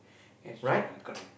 it's true lah correct